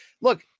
Look